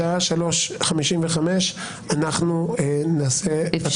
על זה שאני אומר לך: ההצבעה לא תקנית --- על